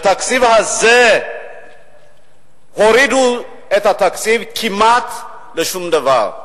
בתקציב הזה הורידו את התקציב כמעט לשום דבר.